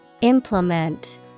Implement